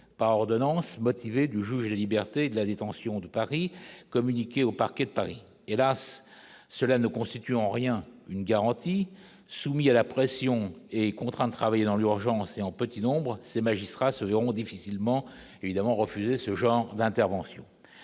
par ordonnance motivée du juge des libertés et de la détention de Paris communiqué au parquet de Paris, hélas, cela ne constitue en rien une garantie soumis à la pression et contraint de travailler dans l'urgence et en petit nombre, ces magistrats seront difficilement évidemment refusé ce genre d'intervention,